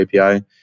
API